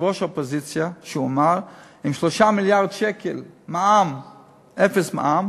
יושב-ראש האופוזיציה כשהוא אמר: עם 3 מיליארד שקל של אפס מע"מ